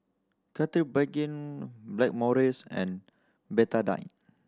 Blackmores and Betadine